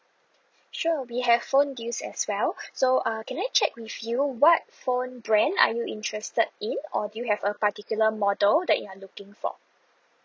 sure we have phone deals as well so err can I check with you what phone brand are you interested in or do you have a particular model that you are looking for